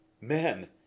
Men